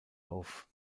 auf